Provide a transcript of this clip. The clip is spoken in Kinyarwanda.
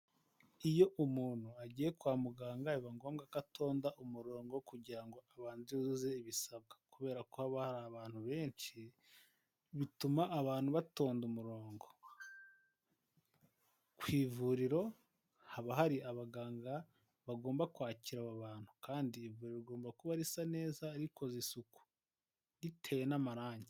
Iyo umuntu agiye kwa muganga biba ngombwa ko atonda umurongo kugira abanze yuzuze ibisabwa kubera ko haba hari abantu benshi bituma batonda umurongo ku ivuriro haba hari abaganga bagomba kwakira abo bantu kandi ibyo rigomba risa neza rikoze isuku ritewe n'amarangi.